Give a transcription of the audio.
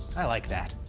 i like that.